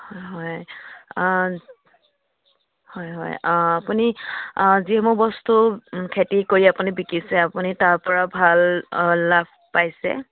হয় হয় অ' হয় হয় অ' আপুনি যিসমূহ বস্তু খেতি কৰি আপুনি বিকিছে আপুনি তাৰপৰা ভাল লাভ পাইছে